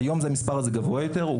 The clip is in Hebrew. המספר הזה גבוה יותר היום.